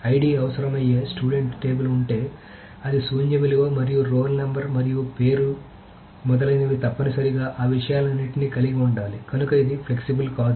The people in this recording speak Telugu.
ఐడి అవసరమయ్యే స్టూడెంట్ టేబుల్ ఉంటే అది శూన్య విలువ మరియు రోల్ నెంబర్ మరియు పేరు మొదలైనవి తప్పనిసరిగా ఆ విషయాలన్నింటినీ కలిగి ఉండాలి కనుక ఇది ఫ్లెక్సిబుల్ కాదు